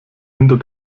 hinter